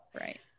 right